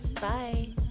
Bye